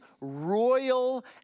royal